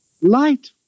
Light